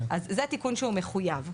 זה התיקון שהוא מחויב.